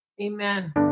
Amen